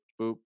boop